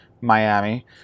Miami